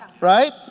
Right